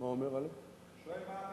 אני לא שומע.